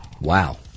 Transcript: Wow